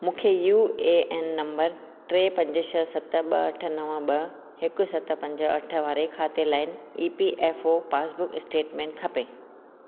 मूंखे U A N नंबरु टे पंज छह सत ॿ अठ नव ॿ हिकु सत पंज अठ वारे खाते लाइ E P F O passbook स्टेटमेंटु खपे